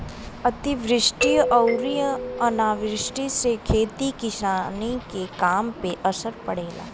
अतिवृष्टि अउरी अनावृष्टि से खेती किसानी के काम पे असर पड़ेला